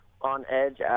on-edge